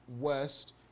West